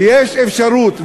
ויש אפשרות,